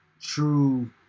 true